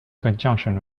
conjunction